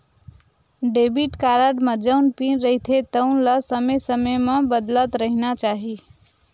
debit card म जउन pin रहिथे तउन ल समे समे म बदलत रहिना चाही